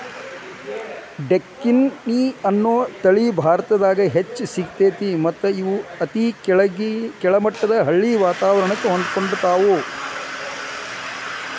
ಡೆಕ್ಕನಿ ಅನ್ನೋ ಆಡಿನ ತಳಿ ಭಾರತದಾಗ್ ಹೆಚ್ಚ್ ಸಿಗ್ತೇತಿ ಮತ್ತ್ ಇವು ಅತಿ ಕೆಳಮಟ್ಟದ ಹಳ್ಳಿ ವಾತವರಣಕ್ಕ ಹೊಂದ್ಕೊತಾವ